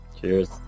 Cheers